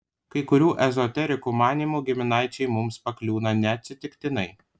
kai kurių ezoterikų manymu giminaičiai mums pakliūna ne atsitiktinai